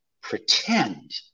pretend